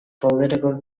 political